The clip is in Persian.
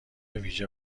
ویژه